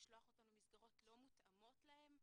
לשלוח אותם למסגרות לא מותאמות להם,